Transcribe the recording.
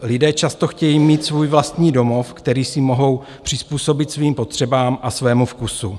Lidé často chtějí mít svůj vlastní domov, který si mohou přizpůsobit svým potřebám a svému vkusu.